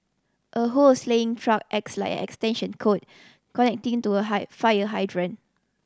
a hose laying truck acts like an extension cord connecting to a fire hydrant